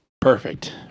Perfect